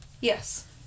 Yes